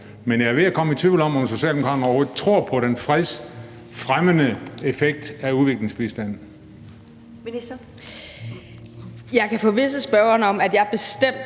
Men jeg er ved at komme i tvivl om, om Socialdemokraterne overhovedet tror på den fredsfremmende effekt af udviklingsbistand.